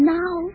now